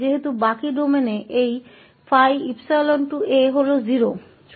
इसलिए क्योंकि शेष डोमेन में यह 𝜙𝜖a 0 है